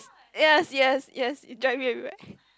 yes yes yes drive me everywhere